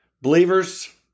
Believers